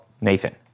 Nathan